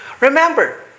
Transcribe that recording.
Remember